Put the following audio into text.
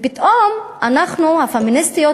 אנחנו הפמיניסטיות,